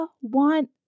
want